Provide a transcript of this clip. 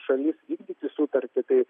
šalis vykdyti sutartį tai